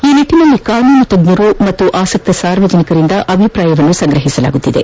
ಈ ನಿಟ್ಟಿನಲ್ಲಿ ಕಾನೂನು ತಜ್ಞರುಆಸಕ್ತ ಸಾರ್ವಜನಿಕರಿಂದ ಅಭಿಪ್ರಾಯವನ್ನು ಸಂಗ್ರಹಿಸಲಾಗುತ್ತಿದೆ